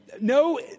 no